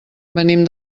venim